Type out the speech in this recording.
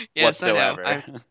whatsoever